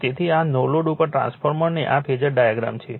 તેથી આ નો લોડ ઉપર ટ્રાન્સફરનો આ ફેઝર ડાયાગ્રામ છે